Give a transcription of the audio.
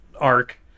arc